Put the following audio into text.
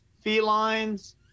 felines